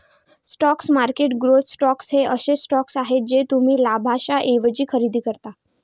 stock market growth stocks हे असे stocks आहेत जे तुम्ही लाभांशाऐवजी खरेदी करता